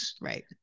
right